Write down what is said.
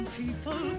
people